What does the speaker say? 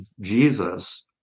Jesus